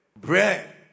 Bread